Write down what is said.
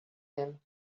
him